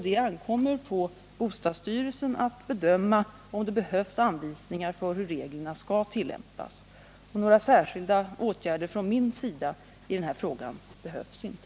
Det ankommer på bostadsstyrelsen att bedöma om det behövs anvisningar för hur reglerna skall tillämpas. Några särskilda åtgärder från min sida i den här frågan behövs inte.